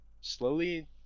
slowly